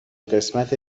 قسمت